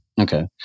Okay